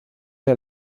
der